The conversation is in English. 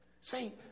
Say